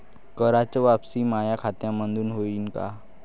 कराच वापसी माया खात्यामंधून होईन का?